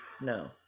no